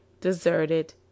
deserted